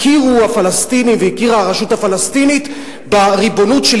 הכירו הפלסטינים והכירה הרשות הפלסטינית בריבונות של